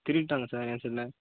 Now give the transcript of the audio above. திருடிவிட்டாங்க sir என் செல்லை